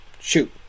shoot